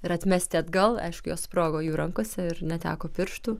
ir atmesti atgal aišku jos sprogo jų rankose ir neteko pirštų